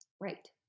Right